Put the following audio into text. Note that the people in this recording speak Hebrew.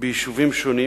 ביישובים שונים,